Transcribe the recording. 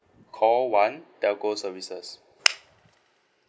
call one telco services